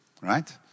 right